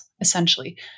essentially